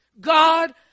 God